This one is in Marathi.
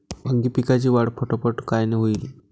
वांगी पिकाची वाढ फटाफट कायनं होईल?